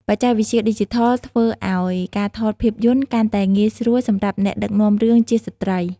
បច្ចេកវិទ្យាឌីជីថលធ្វើឱ្យការថតភាពយន្តកាន់តែងាយស្រួលសម្រាប់អ្នកដឹកនាំរឿងជាស្ត្រី។